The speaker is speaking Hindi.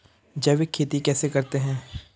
जैविक खेती कैसे करते हैं?